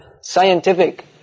scientific